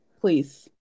Please